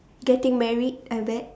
getting married I bet